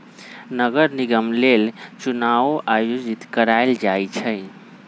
नगर निगम लेल चुनाओ आयोजित करायल जाइ छइ